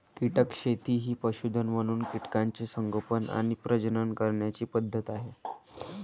कीटक शेती ही पशुधन म्हणून कीटकांचे संगोपन आणि प्रजनन करण्याची पद्धत आहे